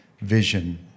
vision